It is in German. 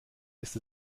ist